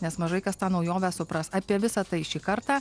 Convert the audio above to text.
nes mažai kas tą naujovę supras apie visa tai šį kartą